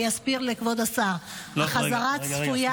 אני אסביר לכבוד השר, החזרה הצפויה,